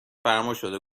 فرماشده